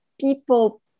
people